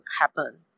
happen